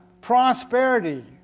Prosperity